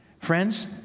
friends